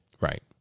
Right